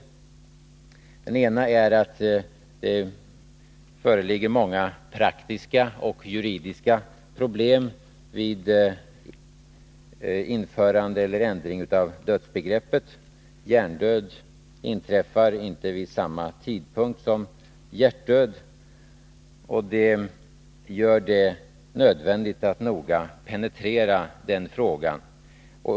Den ena är att det föreligger många praktiska och juridiska problem vid ändring av dödsbegreppet eller införande av ett nytt dödsbegrepp. Hjärndöd inträffar inte vid samma tidpunkt som hjärtdöd. Det gör det nödvändigt att noga penetrera frågan.